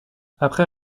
après